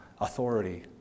authority